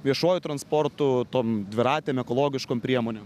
viešuoju transportu tom dviratėm ekologiškom priemonėm